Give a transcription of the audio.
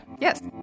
Yes